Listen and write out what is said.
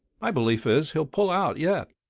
my belief is he'll pull out yet,